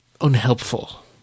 unhelpful